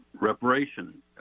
reparation